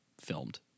filmed